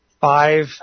five